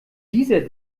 dieser